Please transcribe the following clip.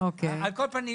כל פנים,